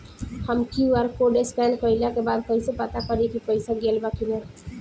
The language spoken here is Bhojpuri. हम क्यू.आर कोड स्कैन कइला के बाद कइसे पता करि की पईसा गेल बा की न?